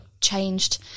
changed